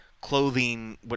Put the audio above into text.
clothing